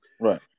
Right